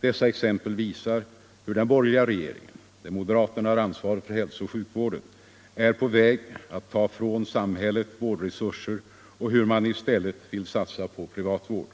Dessa exempel visar hur den borgertliga regeringen — där moderaterna har ansvaret för hälsooch sjukvården — är på väg att ta ifrån samhället vårdresurser och hur man i stället vill satsa på privatvård.